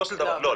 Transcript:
לא,